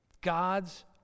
God's